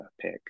pick